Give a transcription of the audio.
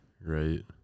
Right